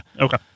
okay